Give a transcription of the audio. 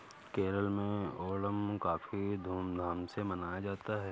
केरल में ओणम काफी धूम धाम से मनाया जाता है